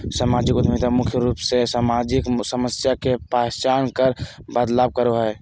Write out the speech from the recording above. सामाजिक उद्यमिता मुख्य रूप से सामाजिक समस्या के पहचान कर बदलाव करो हय